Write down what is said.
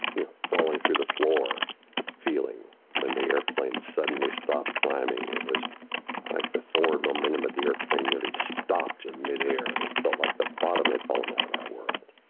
you know, falling through the floor feeling when the airplane suddenly stopped climbing. it was like the forward momentum of the airplane nearly stopped in midair. it felt like the bottom had fallen out of our world.